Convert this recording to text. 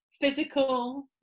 physical